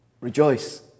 Rejoice